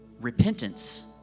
repentance